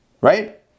Right